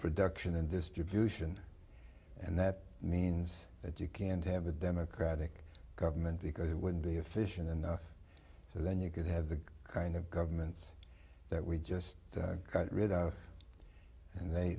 production and distribution and that means that you can't have a democratic government because it would be efficient enough so then you could have the kind of governments that we just got rid of and they